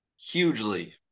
hugely